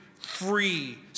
free